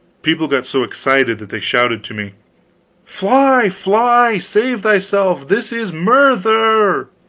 people got so excited that they shouted to me fly, fly! save thyself! this is murther!